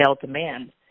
demand